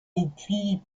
depuis